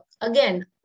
Again